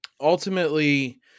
ultimately